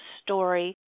story